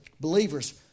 believers